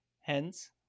Hence